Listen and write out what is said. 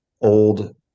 old